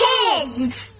Kids